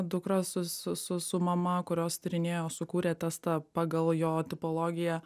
dukra su su su su mama kurios tyrinėjo sukūrė testą pagal jo tipologiją